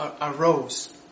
arose